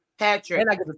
Patrick